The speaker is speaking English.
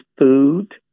food